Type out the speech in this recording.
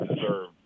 deserve